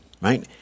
right